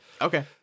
Okay